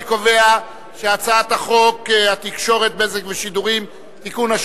אני קובע שהצעת חוק התקשורת (בזק ושידורים) (תיקון,